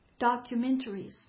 documentaries